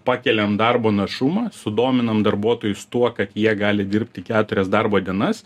pakeliam darbo našumą sudominam darbuotojus tuo kad jie gali dirbti keturias darbo dienas